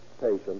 patient